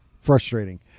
frustrating